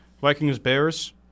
Vikings-Bears